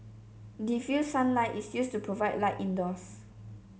diffused sunlight is used to provide light indoors